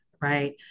right